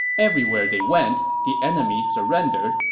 everywhere they went, the enemy surrendered,